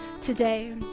today